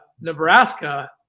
Nebraska